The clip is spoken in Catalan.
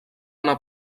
anar